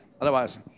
Otherwise